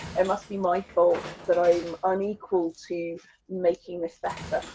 it must be my fault that i'm unequal to making this better.